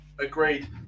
agreed